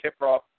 Kiprop